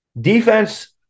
Defense